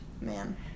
man